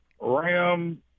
ram